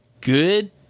good